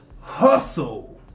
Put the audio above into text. hustle